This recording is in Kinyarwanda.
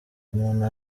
umuntu